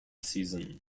season